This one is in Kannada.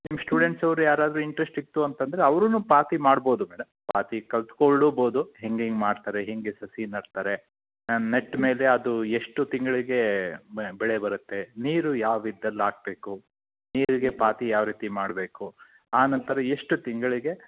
ನಿಮ್ಮ ಸ್ಟೂಡೆಂಟ್ಸವರು ಯಾರಾದ್ರು ಇಂಟ್ರೆಸ್ಟಿತ್ತು ಅಂತಂದ್ರೆ ಅವ್ರೂ ಪಾತಿ ಮಾಡ್ಬೋದು ಮೇಡಮ್ ಪಾತಿ ಕಲಿತ್ಕೊಳ್ಲೂಬೋದು ಹೆಂಗೆಂಗೆ ಮಾಡ್ತಾರೆ ಹೆಂಗೆ ಸಸಿ ನೆಡ್ತಾರೆ ನೆಟ್ಮೇಲೆ ಅದು ಎಷ್ಟು ತಿಂಗಳಿಗೆ ಬೆಳೆ ಬರುತ್ತೆ ನೀರು ಯಾವ ವಿಧದಲ್ಲಾಕಬೇಕು ನೀರಿಡಿಯೋ ಪಾತಿ ಯಾವ ರೀತಿ ಮಾಡಬೇಕು ಆ ನಂತರ ಎಷ್ಟು ತಿಂಗಳಿಗೆ